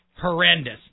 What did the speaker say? horrendous